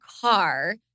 car